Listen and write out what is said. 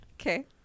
Okay